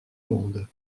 monde